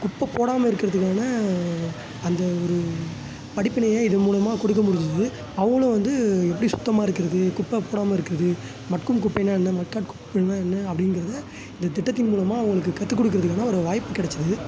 குப்பை போடாமல் இருக்கிறதுக்கான அந்த ஒரு படிப்பினையை இது மூலமாக கொடுக்க முடிஞ்சுது அவங்களும் வந்து எப்படி சுத்தமாக இருக்கிறது குப்பை போடாமல் இருக்கிறது மக்கும் குப்பைன்னால் என்ன மக்கா குப்பைன்னா என்ன அப்படிங்கிறத இந்த திட்டத்தின் மூலமாக அவர்களுக்கு கற்று கொடுக்கறதுக்கான ஒரு வாய்ப்பு கிடைச்சிது